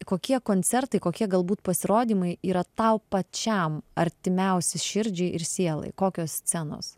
kokie koncertai kokie galbūt pasirodymai yra tau pačiam artimiausia širdžiai ir sielai kokios scenos